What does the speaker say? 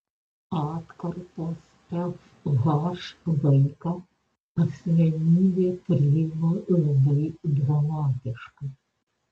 atkarpos fh laiką asmenybė priima labai dramatiškai